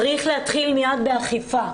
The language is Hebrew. צריך להתחיל מיד באכיפה.